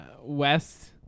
West